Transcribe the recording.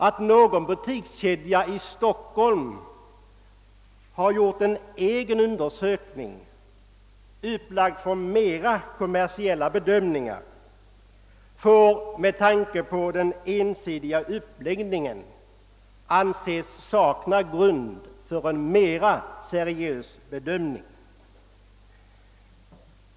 Att en butikskedja i Stockholm gjort en egen undersökning, grundad på mera kommersiella bedömningar, får med tanke på denna ensidiga uppläggning inte uppfattas alltför seriöst.